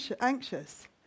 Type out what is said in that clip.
anxious